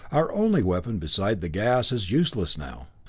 our only weapon beside the gas is useless now.